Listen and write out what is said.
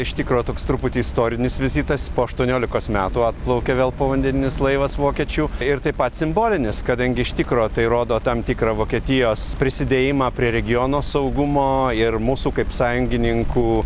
iš tikro toks truputį istorinis vizitas po aštuoniolikos metų atplaukia vėl povandeninis laivas vokiečių ir taip pat simbolinis kadangi iš tikro tai rodo tam tikrą vokietijos prisidėjimą prie regiono saugumo ir mūsų kaip sąjungininkų